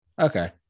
okay